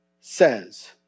says